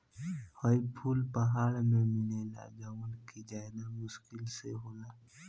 हई फूल पहाड़ में मिलेला जवन कि ज्यदा मुश्किल से होला